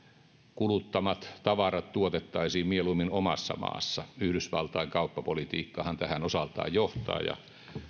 kuluttamat tavarat tuotettaisiin mieluummin omassa maassa yhdysvaltain kauppapolitiikkahan tähän osaltaan johtaa ja